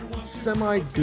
semi